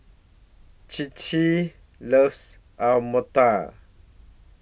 Cinthia loves Alu Matar